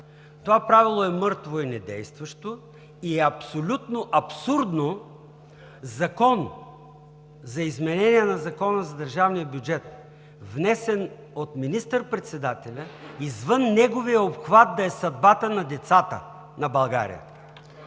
това правило е мъртво и недействащо, и е абсолютно абсурдно Закон за изменение на Закона за държавния бюджет, внесен от министър-председателя, извън неговия обхват да е съдбата на децата на България.